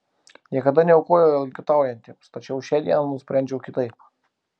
niekada neaukoju elgetaujantiems tačiau šią dieną nusprendžiau kitaip